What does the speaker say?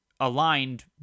aligned